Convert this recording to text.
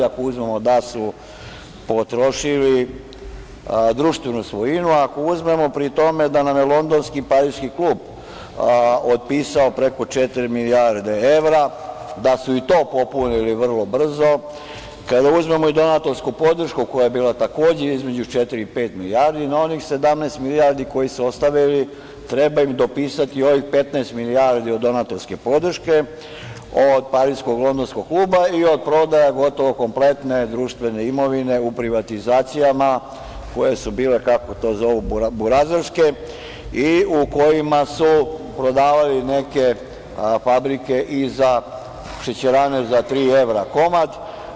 Ako uzmemo da su potrošili društvenu svojinu, ako uzmemo pri tome da nam je londonski pariski klub otpisao preko četiri milijarde evra, da su i to popunili vrlo brzo, kada uzmemo i donatorsku podršku koja je bila takođe između četiri i pet milijardi, na onih 17 milijardi koje su ostavili, treba im dopisati i ovih 15 milijardi od donatorske podrške, od pariskog londonskog kluba i od prodaja gotovo kompletne društvene imovine u privatizacijama koje su bile, kako to zovu "burazerske" i u kojima su prodavali neke fabrike, šećerane za tri evra komad.